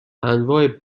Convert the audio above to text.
انواع